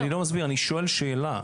אני לא מסביר, אני שואל שאלה.